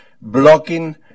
blocking